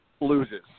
loses